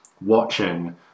watching